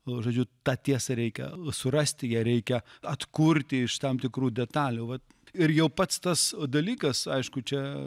žodžiu tą tiesą reikia surasti ją reikia atkurti iš tam tikrų detalių vat ir jau pats tas dalykas aišku čia